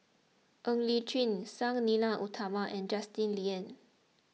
Ng Li Chin Sang Nila Utama and Justin Lean